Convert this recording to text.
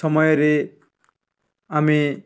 ସମୟରେ ଆମେ